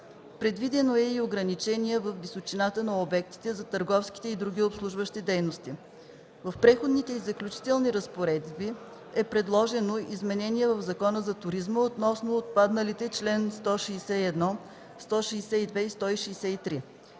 Предвидено е и ограничение във височината на обектите за търговски и други обслужващи дейности . В преходните и заключителни разпоредби е предложено изменение в Закона за туризма относно отпадналите чл. 161, 162 и 163.